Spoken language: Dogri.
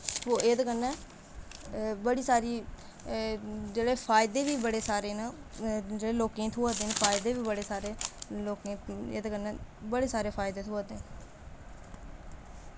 एह्दे कन्नै बड़ी सारी जेह्ड़े फायदे बी बड़े सारे न जेह्ड़े लोकें थ्होआ दे न फायदे बी बड़े सारे लोकें गी एह्दे कन्नै बड़े सारे फायदे थ्होआ दे